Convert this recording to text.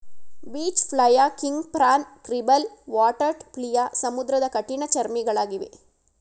beach flea, king prawn, gribble, water flea ಸಮುದ್ರದ ಕಠಿಣ ಚರ್ಮಿಗಳಗಿವೆ